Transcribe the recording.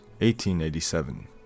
1887